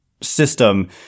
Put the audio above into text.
system